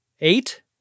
Eight